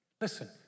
Listen